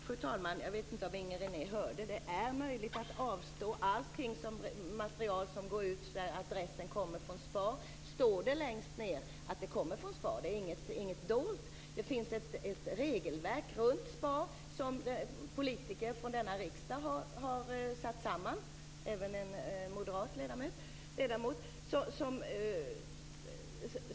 Fru talman! Jag vet inte om Inger René hörde det, men det är möjligt att avstå. På allt material som går ut, där adressen kommer från SPAR, står det längst ned att det kommer från SPAR. Det är inget dolt. Det finns ett regelverk runt SPAR som politiker från denna riksdag har satt samman - även en moderat ledamot.